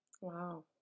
Wow